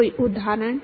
कोई उदाहरण